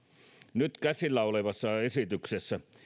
nyt käsillä olevassa esityksessä